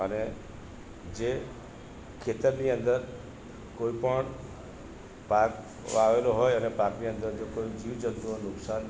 અને જે ખેતરની અંદર કોઈપણ પાક વાવેલો હોય અને પાકની અંદર જો કોઈ જીવ જંતુઓ નુકસાન